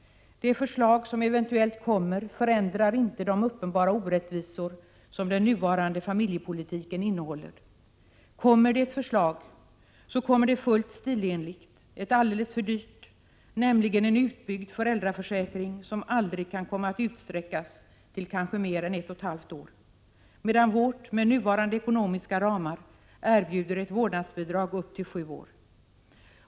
De förslag som eventuellt läggs fram förändrar inte de uppenbara orättvisor som den nuvarande familjepolitiken innehåller. Läggs ett förslag fram är det fullt stilenligt ett alldeles för dyrt sådant, nämligen en utbyggd föräldraförsäkring som aldrig kan komma att utsträckas till mer än ett och ett halvt år. Vårt förslag, med nuvarande ekonomiska ramar, erbjuder ett vårdnadsbidrag på upp till sju år.